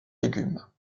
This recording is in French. légumes